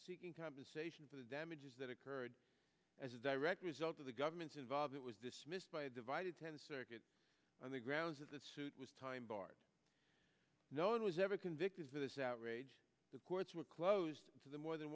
seeking compensation for the damages that occurred as a direct result of the government's involvement was dismissed by a divided tennis circuit on the grounds that the suit was time barred no one was ever convicted of this outrage the courts were closed to the more than